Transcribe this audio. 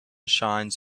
shines